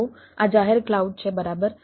તો આ જાહેર ક્લાઉડ છે બરાબર